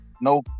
no